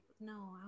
no